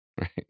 Right